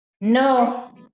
No